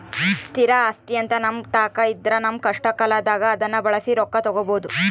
ಸ್ಥಿರ ಆಸ್ತಿಅಂತ ನಮ್ಮತಾಕ ಇದ್ರ ನಮ್ಮ ಕಷ್ಟಕಾಲದಾಗ ಅದ್ನ ಬಳಸಿ ರೊಕ್ಕ ತಗಬೋದು